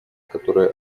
которые